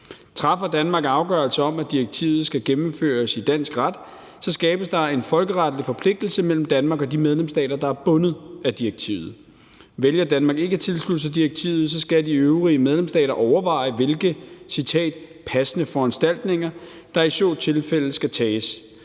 Træffer Danmark afgørelse om, at direktivet skal gennemføres i dansk ret, så skabes der en folkeretlig forpligtelse mellem Danmark og de medlemsstater, der er bundet af direktivet. Vælger Danmark ikke at tilslutte sig direktivet, skal de øvrige medlemsstater overveje, hvilke »passende foranstaltninger« der i så tilfælde skal tages,